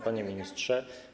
Panie Ministrze!